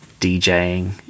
DJing